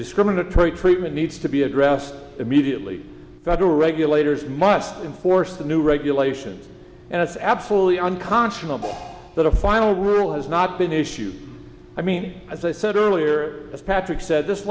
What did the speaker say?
discriminatory treatment needs to be addressed immediately federal regulators must enforce the new regulations and it's absolutely unconscionable that a final rule has not been issued i mean as i said earlier as patrick said this